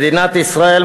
מדינת ישראל,